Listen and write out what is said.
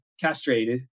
castrated